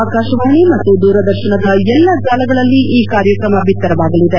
ಆಕಾಶವಾಣಿ ಮತ್ತು ದೂರದರ್ಶನದ ಎಲ್ಲಾ ಜಾಲಗಳಲ್ಲಿ ಈ ಕಾರ್ಯಕ್ರಮ ಬಿತ್ತರವಾಗಲಿದೆ